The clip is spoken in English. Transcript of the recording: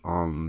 on